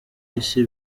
isi